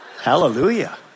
Hallelujah